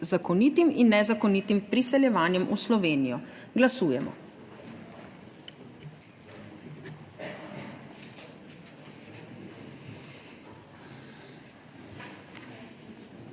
zakonitim in nezakonitim priseljevanjem v Slovenijo. Glasujemo.